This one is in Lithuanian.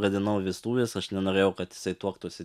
gadinau vestuves aš nenorėjau kad jisai tuoktųsi